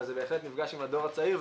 אבל זה בהחלט נפגש עם הדור הצעיר,